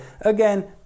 again